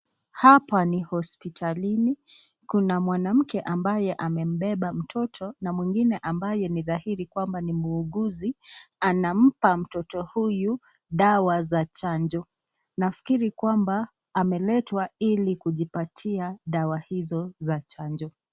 Hapa ni hospitalini, kuna mwanamke ambaye amembeba mtoto na mwingine ambaye ni dhahiri kwamba ni mwuguzi anampa mtoto huyu dawa za chanjo. Nafikiri kuwa ameletwa ili kujipatia dawa